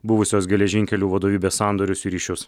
buvusios geležinkelių vadovybės sandorius ir ryšius